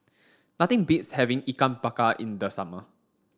nothing beats having ikan bakar in the summer